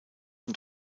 und